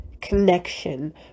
connection